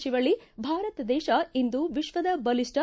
ಶಿವಳ್ಳಿ ಭಾರತ ದೇಶ ಇಂದು ವಿಶ್ವದ ಬಲಿಷ್ಠ